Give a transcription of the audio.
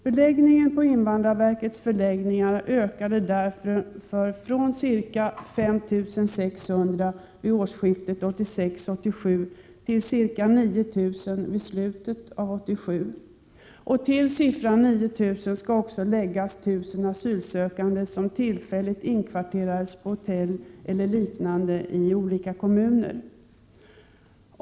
Beläggningen på invandrarverkets förläggningar ökade därför från ca 5 600 vid årsskiftet 1986-1987 till ca 9 000 vid slutet av 1987. Till siffran 9 000 skall också läggas 1 000 asylsökande som tillfälligt inkvarterats på hotell eller liknande i olika kommuner.